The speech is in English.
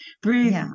breathe